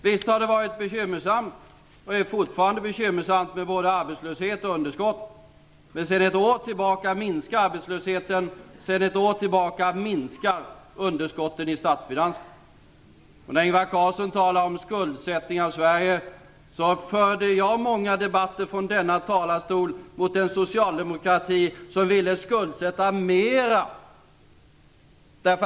Visst har det varit bekymmersamt och är det fortfarande, med både arbetslöshet och underskott, men sedan ett år tillbaka minskar arbetslösheten och underskotten i statsbudgeten. Ingvar Carlsson talar om skuldsättning av Sverige. Jag förde många debatter från denna talarstol mot en socialdemokrati som ville skuldsätta staten mera.